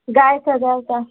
गाय का गाय का